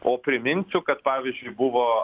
o priminsiu kad pavyzdžiui buvo